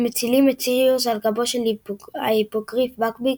ומצילים את סיריוס על גבו של ההיפוגריף בקביק,